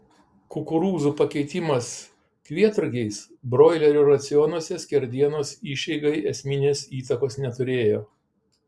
kukurūzų pakeitimas kvietrugiais broilerių racionuose skerdienos išeigai esminės įtakos neturėjo